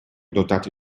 dotati